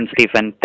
Stephen